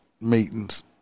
meetings